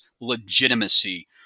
legitimacy